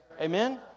Amen